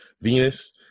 Venus